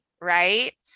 right